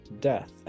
death